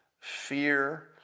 fear